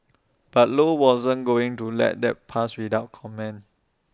but low wasn't going to let that pass without comment